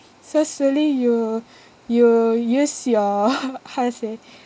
so Shirley you you use your how how to say